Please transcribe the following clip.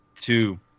Two